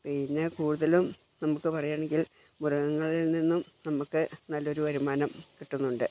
പിന്നെ കൂടുതലും നമുക്ക് പറയാണെങ്കിൽ മൃഗങ്ങളിൽ നിന്നും നമുക്ക് നല്ലൊരു വരുമാനം കിട്ടുന്നുണ്ട്